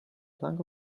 plank